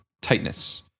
tightness